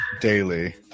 Daily